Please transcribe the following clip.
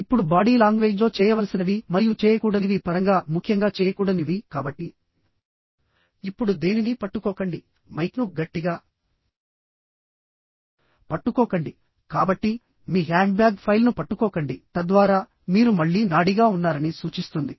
ఇప్పుడు బాడీ లాంగ్వేజ్లో చేయవలసినవి మరియు చేయకూడనివి పరంగా ముఖ్యంగా చేయకూడనివి కాబట్టి ఇప్పుడు దేనినీ పట్టుకోకండి మీ భయంతో వేదిక ఉందని చెప్పండి దీన్ని పట్టుకోకండి మైక్ను గట్టిగా పట్టుకోకండి కాబట్టి మీ హ్యాండ్బ్యాగ్ ఫైల్ను పట్టుకోకండి తద్వారా మీరు మళ్లీ నాడీగా ఉన్నారని సూచిస్తుంది